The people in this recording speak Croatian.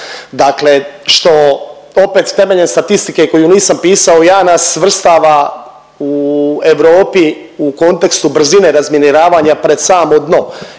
Dakle što opet temeljem statistike koju nisam pisao ja nas svrstava u Europi u kontekstu brzine razminiravanja pred samo dno